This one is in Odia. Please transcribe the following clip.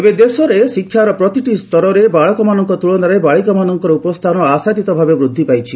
ଏବେ ଦେଶରେ ଶିକ୍ଷାର ପ୍ରତିଟି ସ୍ତରରେ ବାଳକମାନଙ୍କ ତୁଳନାରେ ବାଳିକାମାନଙ୍କ ଉପସ୍ଥାନ ଆଶାତୀତ ଭାବେ ବୃଦ୍ଧି ପାଇଛି